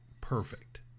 perfect